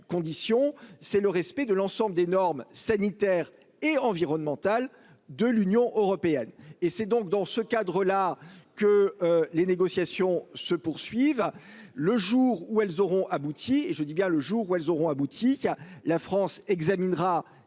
c'est le respect de l'ensemble des normes sanitaires et environnementales de l'Union européenne et c'est donc dans ce cadre-là que les négociations se poursuivent. Le jour où elles auront abouti et je dis